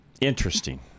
Interesting